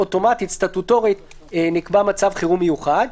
אוטומטית סטטוטורית נקבע מצב חירום מיוחד,